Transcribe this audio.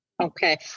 Okay